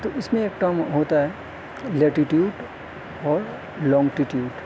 تو اس میں ایک ٹرم ہوتا ہے لیٹٹیوڈ اور لونگٹٹیوڈ